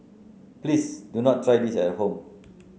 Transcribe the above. please do not try this at home